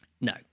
no